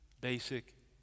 basic